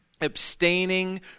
abstaining